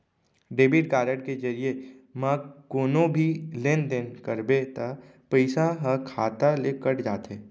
debit card के जरिये म कोनो भी लेन देन करबे त पइसा ह खाता ले कट जाथे